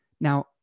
Now